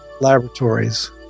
Laboratories